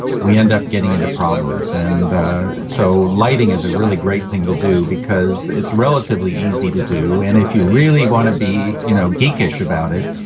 we end up getting into problems. and so lighting is a really great thing to do, because it's relatively easy to do. and if you really want to be you know geekish about it,